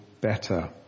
better